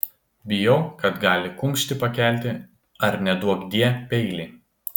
bijau kad gali kumštį pakelti ar neduokdie peilį